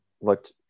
looked